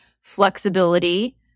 flexibility